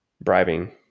bribing